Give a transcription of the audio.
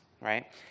right